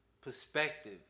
perspective